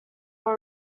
will